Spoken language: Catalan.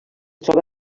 troba